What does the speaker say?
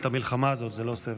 לסיים את המלחמה הזאת, זה לא סבב.